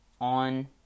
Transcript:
on